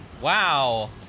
Wow